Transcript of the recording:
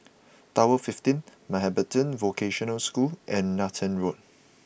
Tower Fifteen Mountbatten Vocational School and Nathan Road